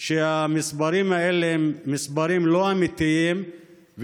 שהמספרים האלה הם מספרים לא אמיתיים,